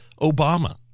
Obama